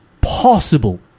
possible